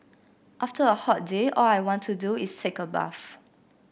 after a hot day all I want to do is take a bath